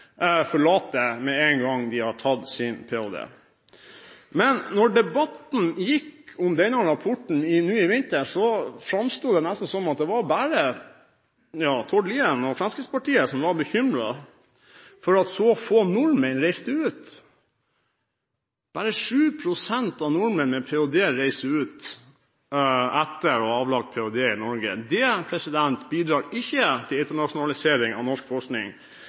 forlater landet med en gang de har tatt sin ph.d. her. Da debatten gikk om denne rapporten i vinter, framsto det som om det nesten bare var Tord Lien og Fremskrittspartiet som var bekymret for at så få nordmenn reiste ut. Bare 7 pst. av nordmenn reiser ut etter å ha avlagt ph.d. i Norge. Det bidrar ikke til internasjonalisering av norsk forskning.